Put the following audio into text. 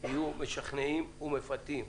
יהיו משכנעים ומפתים.